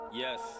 Yes